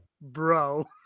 bro